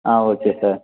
ah okay sir